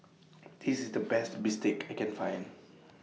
This IS The Best Bistake I Can Find